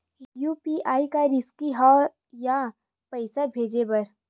UPI का रिसकी हंव ए पईसा भेजे बर?